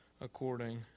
according